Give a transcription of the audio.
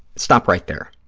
stop right there.